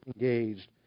engaged